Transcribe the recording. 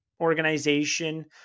organization